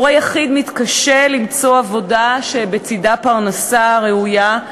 הורה יחיד מתקשה למצוא עבודה שבצדה פרנסה ראויה,